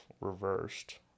reversed